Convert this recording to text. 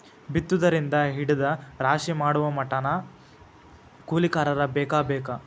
ಬಿತ್ತುದರಿಂದ ಹಿಡದ ರಾಶಿ ಮಾಡುಮಟಾನು ಕೂಲಿಕಾರರ ಬೇಕ ಬೇಕ